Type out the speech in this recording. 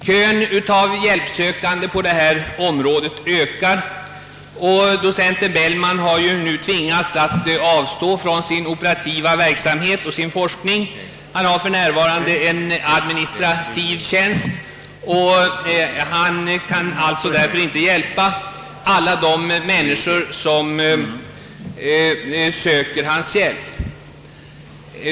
Kön av hjälpsökande på detta område ökar, och docent Bellman har ju nu tvingats avstå från sin operativa verksamhet och sin forskning. Han har för närvarande en administrativ tjänst, och han kan därför inte hjälpa alla de människor som söker hans hjälp.